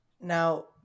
Now